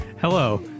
Hello